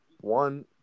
one